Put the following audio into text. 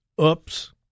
Oops